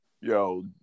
Yo